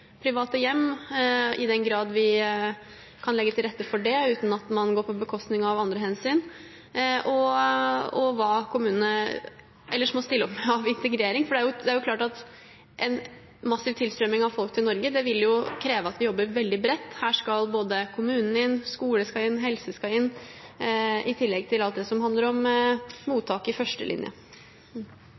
private hjem, i den grad vi kan legge til rette for det uten at det går på bekostning av andre hensyn, og hva kommunene ellers må stille opp med av integrering. Det er klart at en massiv tilstrømming av folk til Norge vil kreve at vi jobber veldig bredt. Her skal både kommunene, skolen og helsevesenet inn – i tillegg til alt det som handler om mottak i